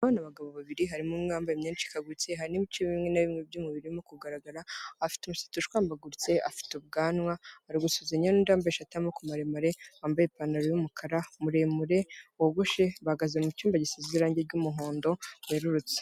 Aba ni abagabo babiri harimo umwe wambaye imyenda icikaguritse, harimo ibice bimwe na bimwe by'umubiri we biri kugaragara, afite umusatsi ushwambaguritse, afite ubwanwa, ari gusuhuzanya n'undi wambaye ishati y'amaboko maremare, wambaye ipantaro y'umukara, muremure, wogoshe, bahagaze mu cyumba gisize irangi ry'umuhondo werurutse.